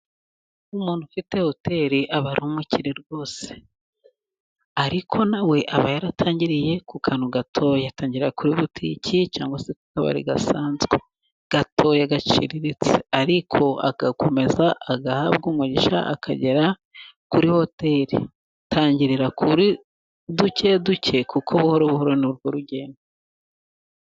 Umuntu ufite hoteri aba ari umukire rwose, ariko nawe aba yaratangiriye ku kantu gato, atangira kuri botike cyangwa se akabari gasanzwe gato agaciriritse, ariko agakomeza agahabwa umugisha akagera kuri hoteri, tangirira kuri duke duke kuko buhoro buhoro ni urwo rugendo.